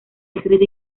escrita